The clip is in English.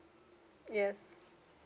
yes